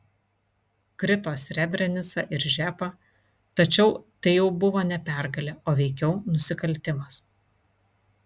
krito srebrenica ir žepa tačiau tai jau buvo ne pergalė o veikiau nusikaltimas